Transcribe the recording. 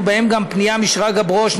ובהן גם פנייה משרגא ברוש,